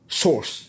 source